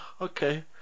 Okay